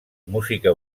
música